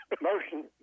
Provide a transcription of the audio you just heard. Motion